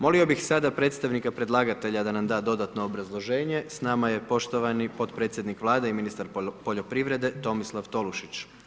Molio bih sada predstavnika predlagatelja da nam da dodatno obrazloženje, s nama je poštovani podpredsjednik Vlade i ministar poljoprivrede Tomislav Tolušić.